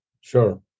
Sure